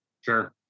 Sure